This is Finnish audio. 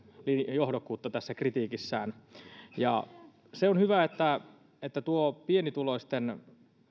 johdokkuuden tässä kritiikissään on hyvä että että pienituloisten